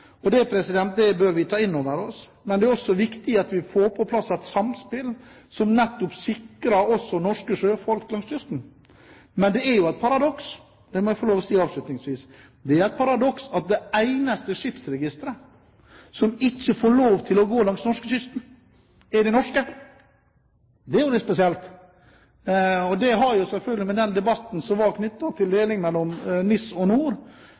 var for dårlige. Det bør vi ta inn over oss. Men det er også viktig at vi får på plass et samspill som nettopp sikrer at vi har også norske sjøfolk langs kysten. Det er jo imidlertid et paradoks, det må jeg få lov til å si avslutningsvis, at det eneste skipsregisteret som ikke gir lov til å gå langs norskekysten, er det norske. Det er jo litt spesielt, og det har selvfølgelig å gjøre med den debatten som var knyttet til delingen mellom NIS og NOR.